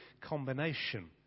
combination